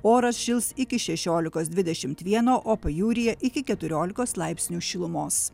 oras šils iki šešiolikos dvidešimt vieno o pajūryje iki keturiolikos laipsnių šilumos